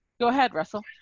go ahead, russell.